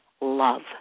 love